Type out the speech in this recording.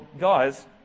guys